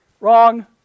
Wrong